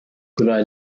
good